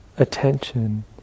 attention